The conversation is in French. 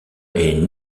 est